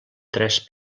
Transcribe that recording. tres